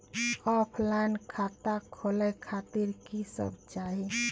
Offline खाता खोले खातिर की सब चाही?